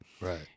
Right